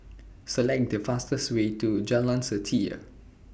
Select The fastest Way to Jalan Setia